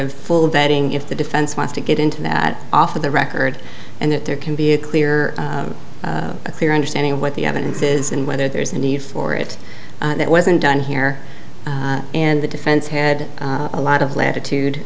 of full vetting if the defense wants to get into that off the record and that there can be a clear a clear understanding of what the evidence is and whether there's a need for it that wasn't done here and the defense had a lot of latitude